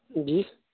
جی